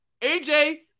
AJ